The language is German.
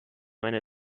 eine